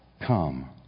come